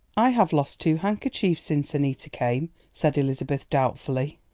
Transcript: i have lost two handkerchiefs since annita came, said elizabeth doubtfully.